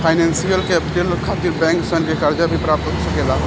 financial capital खातिर bank सन से कर्जा भी प्राप्त हो सकेला